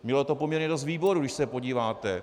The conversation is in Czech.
Mělo to poměrně dost výborů, když se podíváte.